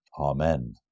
Amen